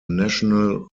national